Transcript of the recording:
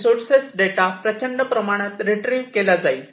resources data प्रचंड प्रमाणात retrieve केला जाईल